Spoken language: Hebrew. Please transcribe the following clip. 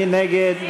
מי נגד?